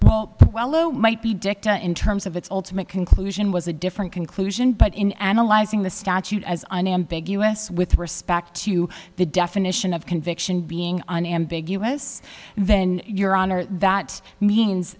order well lo might be dicta in terms of its ultimate conclusion was a different conclusion but in analyzing the statute as an ambiguous with respect to the definition of conviction being an ambiguous and then your honor that means